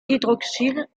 hydroxyle